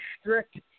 strict